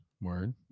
Word